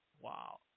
Wow